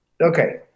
Okay